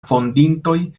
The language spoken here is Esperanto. fondintoj